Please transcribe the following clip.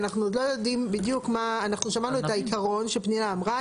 אנחנו שמענו את העיקרון שפנינה אמרה.